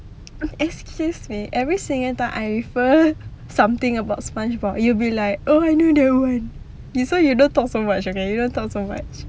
oh excuse me every single time I refer something about spongebob you be like oh I know that [one] you sure you don't talk much okay don't talk so much